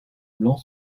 blanc